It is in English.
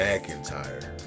McIntyre